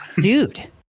dude